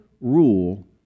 rule